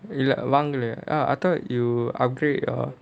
இல்ல வெளங்களையா:illa velangalaiyaa ah I thought you upgrade your